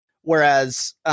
Whereas